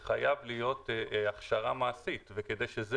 הוא שחייבת להיות הכשרה מעשית וכדי שזה